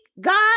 god